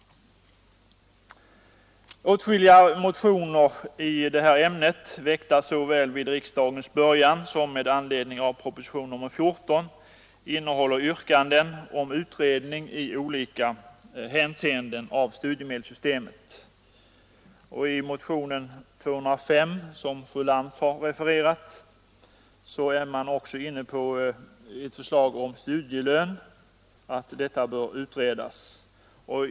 Åtskilliga motioner i detta ämne, väckta såväl vid riksdagens början som med anledning av propositionen 14, innehåller yrkanden om utredning i olika hänseenden av studiemedelssystemet. I motionen 205, som fru Lantz har refererat, har man ett förslag om att studielön bör utredas.